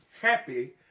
happy